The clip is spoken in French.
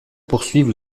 poursuivent